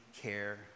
care